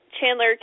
Chandler